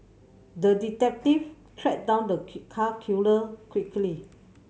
the detective tracked down the cat killer quickly